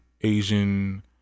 Asian